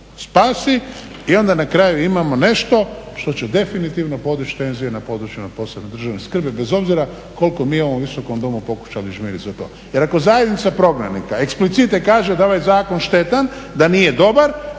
spasi i onda na kraju imamo nešto što će definitivno podići tenzije na područjima posebne državne skrbi bez obzira koliko mi u ovom Visokom domu pokušali žmiriti na to. Jer ako zajednica prognanika eksplicite kaže da je ovaj zakon štetan, da nije dobar,